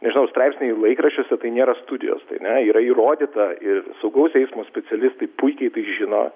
nežinau straipsniai laikraščiuose apie nėra studijos tai ne yra įrodyta ir saugaus eismo specialistai puikiai žino